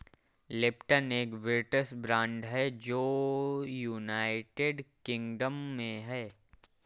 Lipton एक British brand है जो यूनाइटेड किंगडम में है